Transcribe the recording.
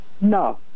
No